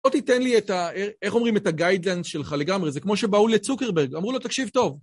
בוא תיתן לי איך אומרים את הגיידליינס שלך לגמרי, זה כמו שבאו לצוקרברג, אמרו לו תקשיב טוב.